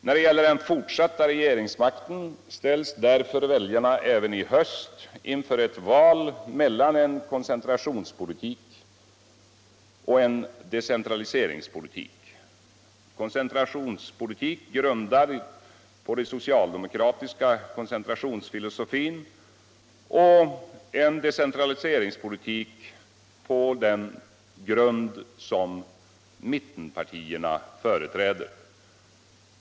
När det gäller den fortsatta regeringsmakten ställs därför väljarna även i höst inför ett val mellan en koncentrationspolitik och en decentraliseringspolitik — en koncentrationspolitik grundad på socialdemokratisk koncentrationsfilosofi och en decentraliseringspolitik på den grund som mittenpartierna företräder.